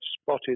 spotted